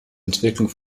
entwicklung